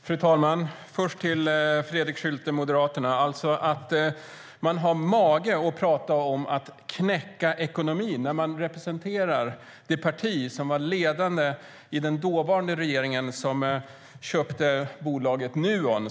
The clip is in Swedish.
Fru talman! Jag vill börja med att vända mig till Fredrik Schulte, Moderaterna, som har mage att tala om att knäcka ekonomin när han representerar det parti som var ledande i den regering som köpte bolaget Nuon.